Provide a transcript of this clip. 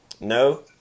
No